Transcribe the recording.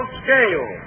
scale